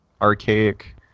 archaic